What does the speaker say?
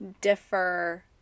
differ